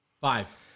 Five